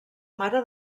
mare